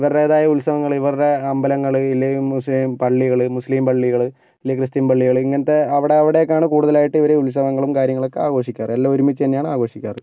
ഇവരുടേതായ ഉത്സവങ്ങള് ഇവരുടെ അമ്പലങ്ങൾ ഇല്ലെങ്കില് മുസി പള്ളികള് മുസ്ലീം പള്ളികള് അല്ലെല് ക്രിസ്ത്യൻ പള്ളികള് ഇങ്ങനത്തെ അവിടെ അവിടേക്കാണ് കൂടുതലായിട്ടിവര് ഉത്സവങ്ങളും കാര്യങ്ങളൊക്കാഘോഷിക്കാറ് എല്ലാം ഒരുമിച്ച് തന്നെയാണ് ആഘോഷിക്കാറ്